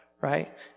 Right